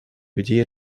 людей